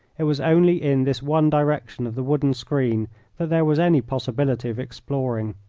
it was only in this one direction of the wooden screen that there was any possibility of exploring.